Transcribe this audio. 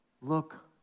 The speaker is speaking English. look